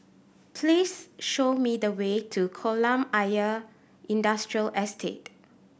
please show me the way to Kolam Ayer Industrial Estate